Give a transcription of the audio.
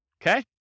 okay